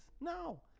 No